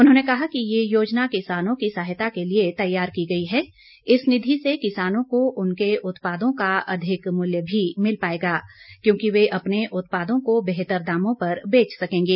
उन्होंने कहा कि यह योजना किसानों की सहायता के लिए तैयार की गई है इस निधि से किसानों को उनके उत्पादों का अधिक मूल्य भी मिल पाएगा क्योंकि ये अपने उत्पादों को बेहतर दामों पर बेच सकेंगें